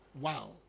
Wow